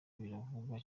biravugwa